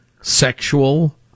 sexual